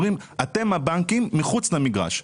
אומרים שאתם הבנקים מחוץ למגרש.